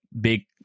big